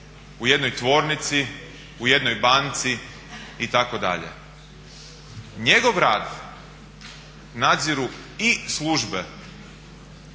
u jednoj tvornici, u jednoj banci itd. Njegov rad nadziru i službe